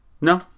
No